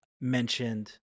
mentioned